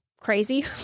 crazy